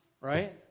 Right